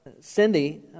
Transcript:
Cindy